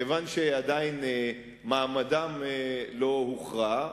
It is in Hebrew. כיוון שמעמדם עדיין לא הוכרע,